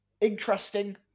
interesting